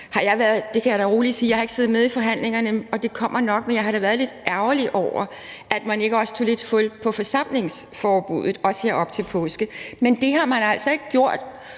Velasquez påsken, og jeg har ikke siddet med i forhandlingerne, og det kommer nok, men jeg kan da rolig sige, at jeg har været lidt ærgerlig over, at man ikke også tog lidt hul på forsamlingsforbuddet her op til påske. Men det har man altså ikke gjort,